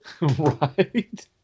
right